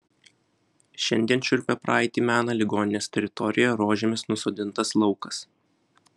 šiandien šiurpią praeitį mena ligoninės teritorijoje rožėmis nusodintas laukas